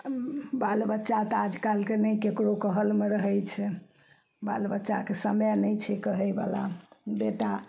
बालबच्चा तऽ आजकालमे नै ककरो कहलमे रहय छै बालबच्चाके समय नहि छै कहेवला बेटा